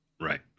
Right